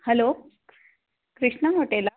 hello Krishna ಹೋಟೆಲ್ಲ